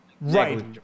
Right